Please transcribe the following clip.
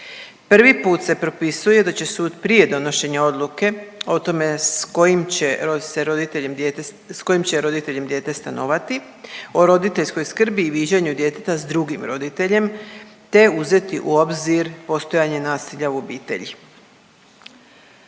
o tome s kojim će se roditeljem .../nerazumljivo/... s kojim će roditeljem dijete stanovati, o roditeljskoj skrbi i viđanju djeteta s drugim roditeljem te uzeti u obzir postojanje nasilja u obitelji.